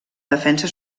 defensa